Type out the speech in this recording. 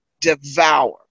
devour